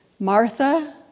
Martha